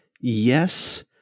Yes